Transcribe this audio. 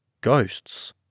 ghosts